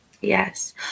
yes